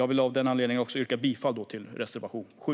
Av denna anledning yrkar jag också bifall till reservation 7.